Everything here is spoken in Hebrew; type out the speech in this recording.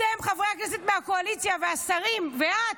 אתם, חברי הכנסת מהקואליציה והשרים, ואת,